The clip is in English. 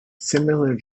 similar